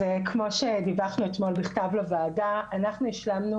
כמו שדיווחנו אתמול בכתב לוועדה אנחנו השלמנו